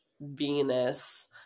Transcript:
Venus